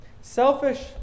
Selfish